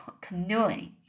canoeing